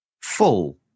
full